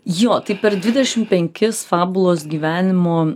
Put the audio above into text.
jo tai per dvidešim penkis fabulos gyvenimo